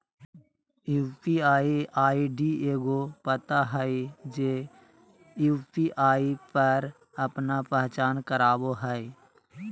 UPI ID एगो पता हइ जे यू.पी.आई पर आपन पहचान करावो हइ